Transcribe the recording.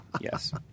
yes